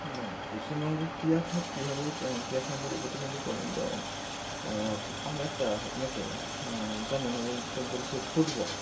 দেখুন পশ্চিমবঙ্গে ক্রীড়া খাত কীভাবে ক্রীড়া সম্পর্কিত প্রতিবন্ধকতা করবেন যেমন আমি একটা আপনাকে যেমন আমি একটা বলছি ফুটবল